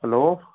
hello